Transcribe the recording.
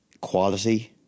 Quality